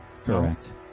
Correct